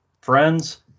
friends